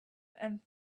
and